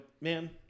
man